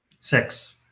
Six